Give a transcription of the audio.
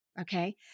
Okay